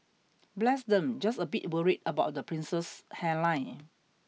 bless them just a bit worried about the prince's hairline